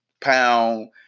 pound